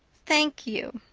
thank you.